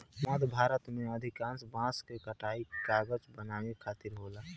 मध्य भारत में अधिकांश बांस के कटाई कागज बनावे खातिर होखेला